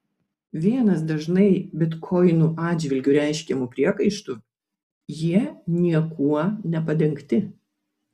vienas dažnai bitkoinų atžvilgiu reiškiamų priekaištų jie niekuo nepadengti